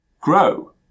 grow